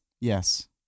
Yes